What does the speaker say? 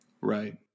Right